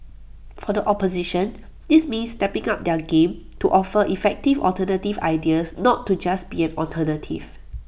for the opposition this means stepping up their game to offer effective alternative ideas not to just be an alternative